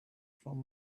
from